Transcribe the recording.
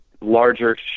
larger